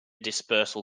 dispersal